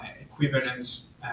equivalence